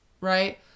Right